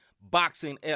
boxing